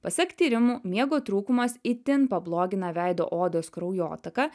pasak tyrimų miego trūkumas itin pablogina veido odos kraujotaką